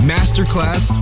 Masterclass